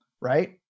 right